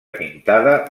pintada